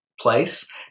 place